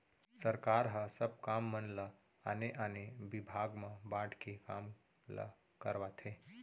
सरकार ह सब काम मन ल आने आने बिभाग म बांट के काम ल करवाथे